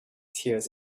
tears